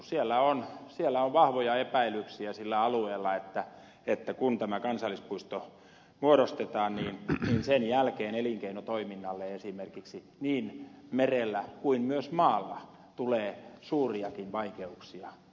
siellä on sillä alueella vahvoja epäilyksiä että kun tämä kansallispuisto muodostetaan niin sen jälkeen esimerkiksi elinkeinotoiminalle niin merellä kuin myös maalla tulee suuriakin vaikeuksia jatkossa